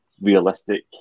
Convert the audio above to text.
realistic